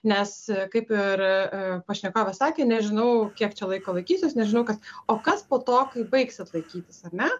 nes kaip ir pašnekovas sakė nežinau kiek laiko laikysiuosi nežinau kas o kas po to kai baigs vat laikytis ar ne